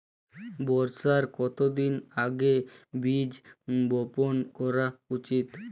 বর্ষার কতদিন আগে বীজ বপন করা উচিৎ?